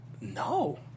No